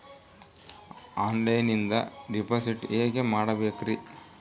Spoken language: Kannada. ಆನ್ಲೈನಿಂದ ಡಿಪಾಸಿಟ್ ಹೇಗೆ ಮಾಡಬೇಕ್ರಿ?